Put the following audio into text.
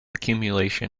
accumulation